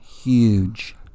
Huge